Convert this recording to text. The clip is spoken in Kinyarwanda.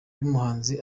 y’umuhanzi